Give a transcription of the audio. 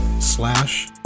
Slash